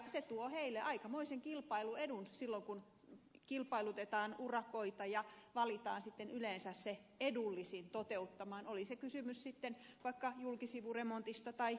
se tuo heille aikamoisen kilpailuedun silloin kun kilpailutetaan urakoita ja valitaan yleensä se edullisin toteuttamaan oli se kysymys sitten vaikka julkisivuremontista tai muista erilaisista rakennusprojekteista